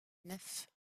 neuf